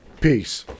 Peace